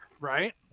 Right